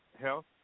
health